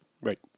right